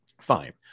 fine